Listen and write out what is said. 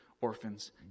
orphans